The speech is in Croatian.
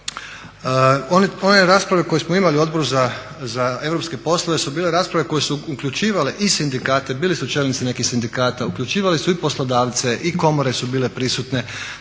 One rasprave koje smo imali na Odboru za europske poslove su bile rasprave koje su uključivale i sindikate, bili su čelnici nekih sindikata, uključivali su i poslodavce i komore su bile prisutne,